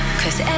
cause